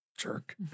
Jerk